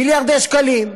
מיליארדי שקלים.